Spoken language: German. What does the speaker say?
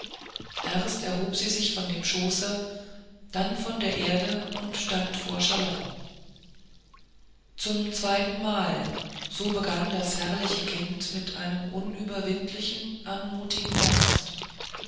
erst erhob sie sich von dem schoße dann von der erde und stand vor charlotten zum zweitenmal so begann das herrliche kind mit einem unüberwindlichen anmutigen ernst